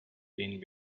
been